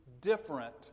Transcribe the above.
different